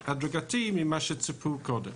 הדרגתי הרבה יותר מאשר מה שציפו לו קודם.